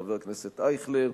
חבר הכנסת אייכלר.